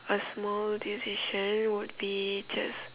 a small decision would be just